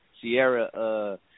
Sierra